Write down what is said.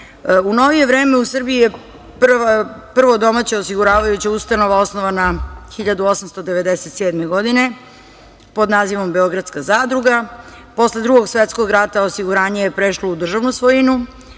novije vreme u Srbiji je prva domaća osiguravajuća ustanova osnovana 1897. godine pod nazivom „Beogradska zadruga“. Posle Drugog svetskog rata osiguranje je prešlo u državnu svojinu,